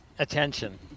Attention